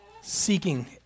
Seeking